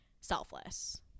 selfless